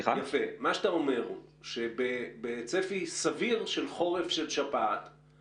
אתה אומר שבצפי סביר של שפעת של חורף,